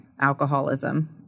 alcoholism